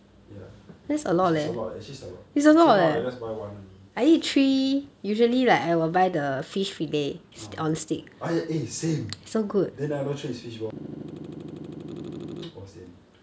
ya which is a lot eh actually is a lot so now I just buy one only ah eh same then the other three is fishball is it oh sian